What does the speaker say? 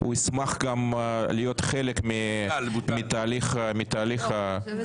ישמח גם להיות חלק מתהליך ה --- זה בוטל כבר.